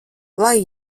lai